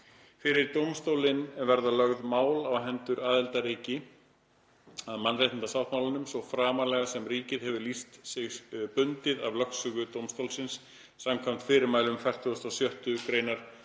Fyrir dómstólinn verða lögð mál á hendur aðildarríki að mannréttindasáttmálanum svo framarlega sem ríkið hefur lýst sig bundið af lögsögu dómstólsins samkvæmt fyrirmælum 46. gr. samningsins,